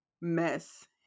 mess